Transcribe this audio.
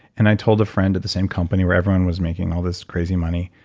and i told a friend at the same company where everyone was making all this crazy money,